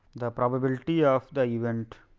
the probability of the event